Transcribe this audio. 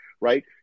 right